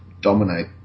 dominate